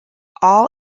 all